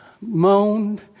moaned